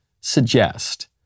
suggest